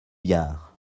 biard